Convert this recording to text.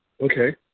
Okay